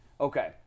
Okay